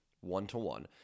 one-to-one